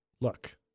Look